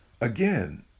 again